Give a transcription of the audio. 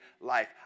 life